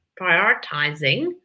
prioritizing